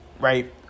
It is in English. right